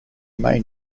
main